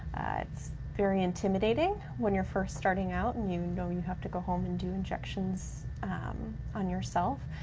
it's very intimidating when you're first starting out and you know you have to go home and do injections um on yourself.